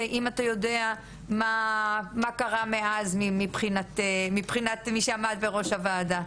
וגם אם יש לך מושג ואם אתה יודע מה קרה מאז בתור מי שעמד בראש הוועדה.